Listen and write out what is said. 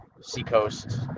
seacoast